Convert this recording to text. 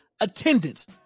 Attendance